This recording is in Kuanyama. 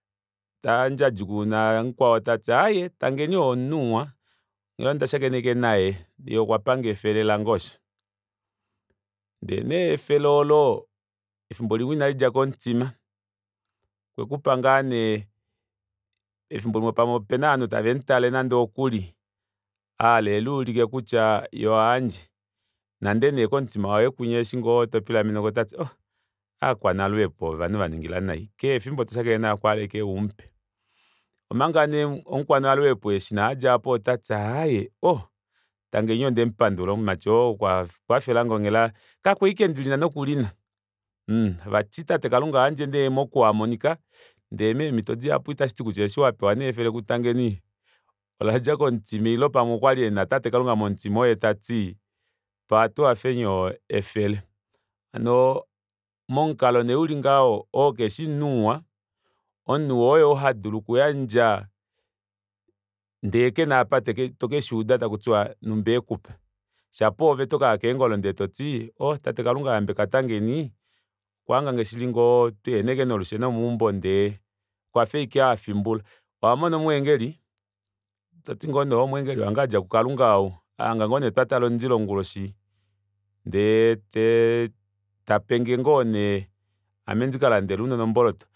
Otandjadjukununa mukwao tati aaye tangeni oo oomunhu muwa onghela onda shakena ashike naye yee okwapange efele lange oosho ndee nee efele olo efimbo limwe inalidja komutima okwekupa ngoo nee efimbo limwe pamwe opena ovanhu tavamutale nande okuli ahala eluulike kutya yee ohayandje ashike komutima waye kunya eshi ngoo topilameneko yee otati ohh ovakwanaluhepo ovanhu vaningila nai keshe efimbo toshakene naye okwa hala ashike umupe omanga nee omukanaluhepo eshi nee adja aapo otati ohoo tangeni ondemupandula omumati oo okwakwafelange onghela kakwali ashike ndilina nokulina mhh vati tatekalunga ohayandje nee mokuhamonika ndee meemito dihapu itashiti kutya eshi wapewa nee efele ku tangeni oladja komutima ile pamwe okwali ena tate kalunga momutima oye tati paa tuhafeni oo efele hano momukalo nee uli ngaho oo keshi omunhu muwa omunhu muwa oyoo hadulu okuyandja ndee kena apa tokeshuuda kutya numba ekupa shapo oove tokaya keengolo ndee toti ohoo tata kalunga yambeka tangeni okwahangane shili ngoo tuhena nolusheno nomeumbo ndee okwafa ashike afimbula owamona omweengeli toti ngoo nee ou omweengeli adja kukalunga ahanga ngoo nee twatala omundilo onguloshi ndee ta penge ngoo nee ame ndikalandele ounona omboloto